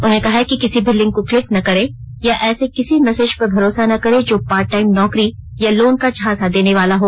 उन्होंने कहा कि किसी भी लिंक को क्लिक न करें या ऐसे किसी मैसेज पर भरोसा न करें जो पार्ट टाइम नौकरी या लोन का झांसा देने वाला हो